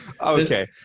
Okay